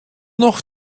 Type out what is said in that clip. noch